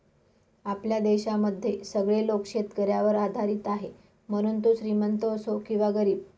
आपल्या देशामध्ये सगळे लोक शेतकऱ्यावर आधारित आहे, मग तो श्रीमंत असो किंवा गरीब